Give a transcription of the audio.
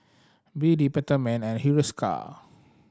B D Peptamen and Hiruscar